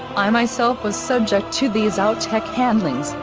i myself was subject to these out tech handlings,